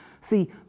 See